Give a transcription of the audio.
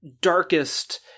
darkest